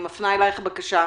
אני מפנה אליך בקשה,